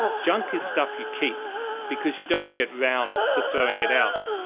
junk is stuff you keep because you don't get round to throwing it out,